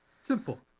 simple